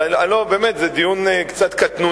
אבל זה דיון קצת קטנוני.